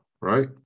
right